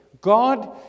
God